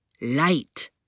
light